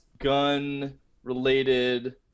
gun-related